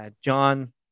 John